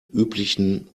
üblichen